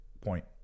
point